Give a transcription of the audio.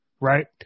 right